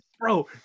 bro